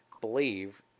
believe